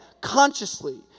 consciously